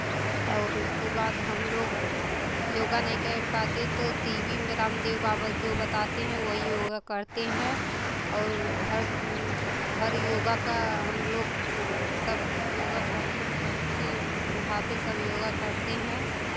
और उसके बाद हम लोग योगा नहीं कर पाते तो टी वी में रामदेव बाबा जो बताते हैं वही योगा करते हैं और हर हर योगा का हम लोग सब योगा करते हैं बच्चे बुढ़ापे सब योगा करते हैं